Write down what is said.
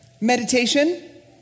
meditation